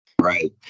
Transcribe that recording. Right